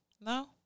No